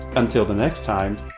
until the next time,